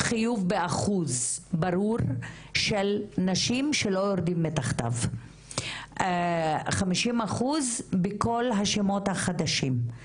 חיוב באחוז של נשים שלא יורדים מתחתיו- חמישים אחוז בכל השמות החדשים.